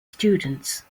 students